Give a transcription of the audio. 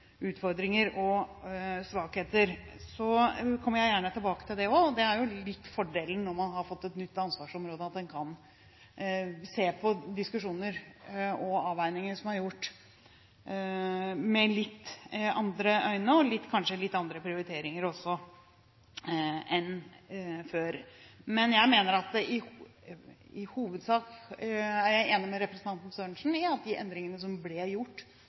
utfordringer og svakheter, kommer jeg gjerne tilbake til dette også. Det er jo litt av fordelen når man har fått et nytt ansvarsområde, at man kan se på diskusjoner og avveininger som er gjort, med litt andre øyne og kanskje også med litt andre prioriteringer enn før. Men jeg er i hovedsak enig med representanten Sørensen i at de endringene som ble gjort,